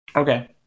okay